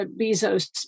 Bezos